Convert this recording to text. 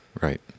Right